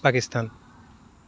Pakistan